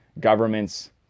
governments